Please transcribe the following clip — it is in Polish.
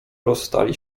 rozstali